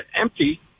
empty